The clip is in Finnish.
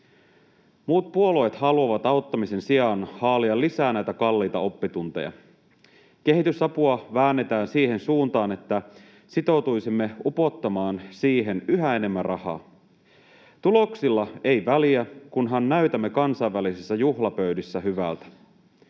Muut puolueet haluavat auttamisen sijaan haalia lisää näitä kalliita oppitunteja. Kehitysapua väännetään siihen suuntaan, että sitoutuisimme upottamaan siihen yhä enemmän rahaa. Tuloksilla ei väliä, kunhan näytämme kansainvälisissä juhlapöydissä hyvältä.